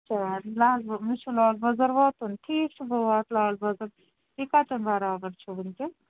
اَچھا لال باغ مےٚ چھُ لال بازر واتُن ٹھیٖک چھُ بہٕ واتہٕ لال بازر تُہۍ کتٮ۪ن برابر چھِو وُِنکٮ۪ن